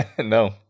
No